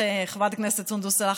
חברת הכנסת סונדוס סאלח,